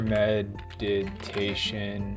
meditation